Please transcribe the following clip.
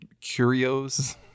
curios